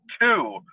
two